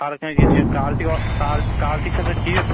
ہر کانٛہہ چیٖز ویٖز کال کالٹی کالٹی چھسا ٹھیٖک